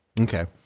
Okay